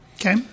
Okay